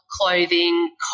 clothing